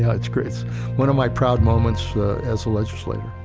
yeah it's great. it's one of my proud moments as a legislator.